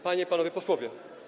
Panie i Panowie Posłowie!